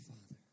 Father